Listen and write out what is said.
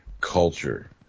culture